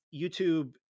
YouTube